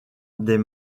des